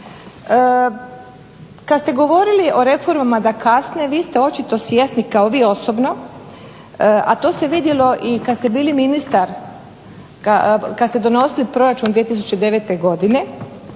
Kad ste govorili o reformama da kasne vi ste očito svjesni kao vi osobno a to se vidjelo i kad ste bili ministar, kad ste donosili Proračun 2009. godine,